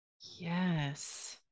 Yes